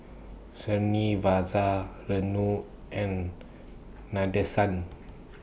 Srinivasa Renu and Nadesan